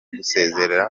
gusezerera